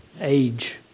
age